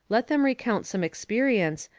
let them recount some experience,